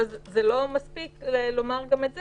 אבל לא מספיק לומר גם את זה.